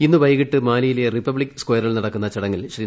ഇന്ന് വൈകിട്ട് മാലിയിലെ റിപ്പബ്ലിക് സ്കയറിൽ നടക്കുന്ന ചടങ്ങിൽ ശ്രീ